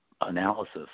analysis